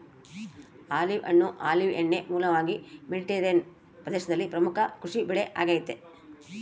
olive ಹಣ್ಣು olive ಎಣ್ಣೆಯ ಮೂಲವಾಗಿ ಮೆಡಿಟರೇನಿಯನ್ ಪ್ರದೇಶದಲ್ಲಿ ಪ್ರಮುಖ ಕೃಷಿಬೆಳೆ ಆಗೆತೆ